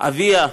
אביה,